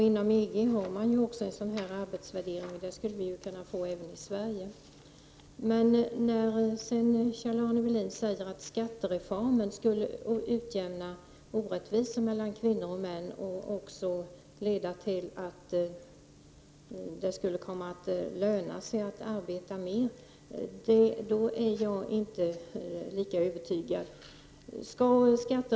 Inom EG har man en sådan arbetsvärdering, och så skulle det kunna bli också i Sverige. Men när Kjell-Arne Welin sedan sade att skattereformen skulle utjämna orättvisor mellan kvinnor och män och även skulle leda till att det kommer att löna sig att arbeta mer, blev jag inte lika övertygad.